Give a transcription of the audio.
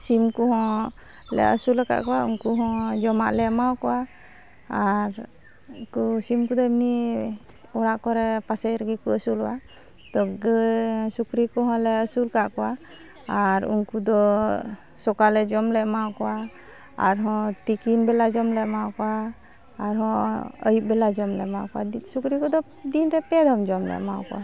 ᱥᱤᱠᱚᱦᱚᱸᱞᱮ ᱟᱹᱥᱩᱞᱟᱠᱟᱫ ᱠᱚᱣᱟ ᱩᱱᱠᱩᱦᱚᱸ ᱡᱚᱢᱟᱜᱞᱮ ᱮᱢᱟᱠᱚᱣᱟ ᱟᱨ ᱩᱱᱠᱩ ᱥᱤᱢ ᱠᱚᱫᱚ ᱮᱢᱱᱤ ᱚᱲᱟᱜ ᱠᱚᱨᱮ ᱯᱟᱥᱮ ᱨᱮᱜᱮᱠᱚ ᱟᱹᱥᱩᱞᱚᱜᱼᱟ ᱛᱳ ᱥᱩᱠᱨᱤ ᱠᱚᱦᱚᱸᱞᱮ ᱟᱹᱥᱩᱞᱟᱠᱟᱫ ᱠᱚᱣᱟ ᱟᱨ ᱩᱱᱠᱩᱫᱚ ᱥᱚᱠᱟᱞᱮ ᱡᱚᱢᱞᱮ ᱮᱢᱟᱠᱚᱣᱟ ᱟᱨᱦᱚᱸ ᱛᱤᱠᱤᱱᱵᱮᱞᱟ ᱡᱚᱢᱞᱮ ᱮᱢᱟᱠᱚᱣᱟ ᱟᱨᱦᱚᱸ ᱟᱹᱭᱩᱵ ᱵᱮᱞᱟ ᱡᱚᱢᱞᱮ ᱮᱢᱟᱣᱟᱠᱚᱣᱟ ᱥᱩᱠᱨᱤ ᱠᱚᱫᱚ ᱫᱤᱱᱨᱮ ᱯᱮᱫᱷᱚᱢ ᱡᱚᱢᱞᱮ ᱮᱢᱟᱠᱚᱣᱟ